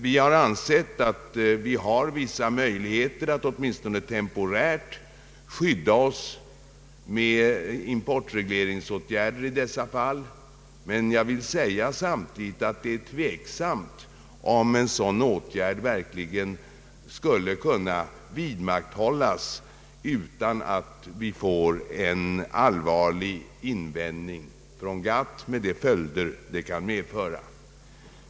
Vi har ansett att det finns vissa möjligheter att åtminstone temporärt skydda oss med importreglerande åtgärder. Samtidigt är det tveksamt om sådana åtgärder verkligen skulle kunna fortgå utan att vi får en allvarlig erinran från GATT med de följder det kan innebära.